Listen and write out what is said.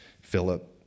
Philip